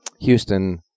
Houston